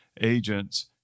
agents